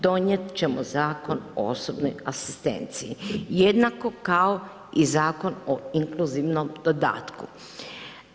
Donijet ćemo Zakon o osobnoj asistenciji jednako kao i Zakon o inkluzivnom dodatku.